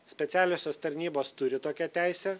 specialiosios tarnybos turi tokią teisę